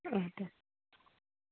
औ दे